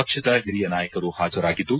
ಪಕ್ಷದ ಹಿರಿಯ ನಾಯಕರು ಪಾಜರಾಗಿದ್ದು